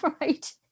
Right